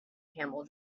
camel